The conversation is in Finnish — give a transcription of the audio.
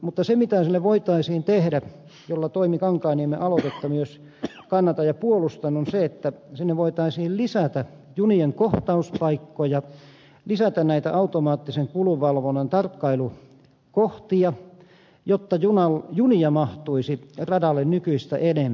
mutta se mitä sille voitaisiin tehdä jolla toimi kankaanniemen aloitetta myös kannatan ja puolustan on se että sinne voitaisiin lisätä junien kohtauspaikkoja lisätä näitä automaattisen kulunvalvonnan tarkkailukohtia jotta junia mahtuisi radalle nykyistä enemmän